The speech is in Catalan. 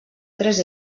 tres